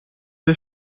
der